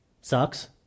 sucks